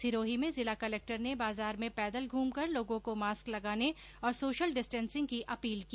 सिरोही में जिला कलेक्टर ने बाजार में पैदल घूमकर लोगों को मास्क लगाने और सोशल डिस्टेंसिंग की अपील की